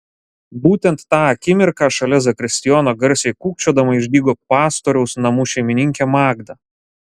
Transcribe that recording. būtent tą akimirką šalia zakristijono garsiai kūkčiodama išdygo pastoriaus namų šeimininkė magda